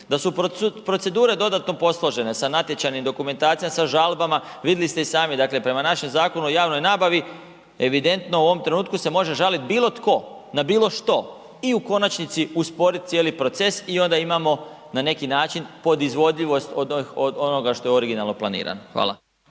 da su procedure dodatno posložene sa natječajnim dokumentacijama, sa žalbama, vidli ste i sami dakle prema našem Zakonu o javnoj nabavi evidentno u ovom trenutku se može žaliti bilo tko, na bilo što i u konačnici usporit cijeli proces i onda imamo na neki način podizvodljivost od onoga što je originalno planirano. Hvala.